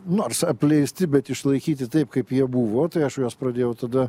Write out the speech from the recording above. nors apleisti bet išlaikyti taip kaip jie buvo tai aš juos pradėjau tada